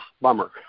bummer